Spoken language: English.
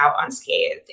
unscathed